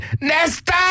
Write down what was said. Nesta